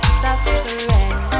suffering